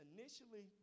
Initially